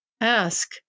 ask